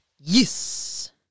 Yes